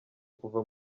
kuva